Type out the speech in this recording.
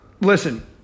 Listen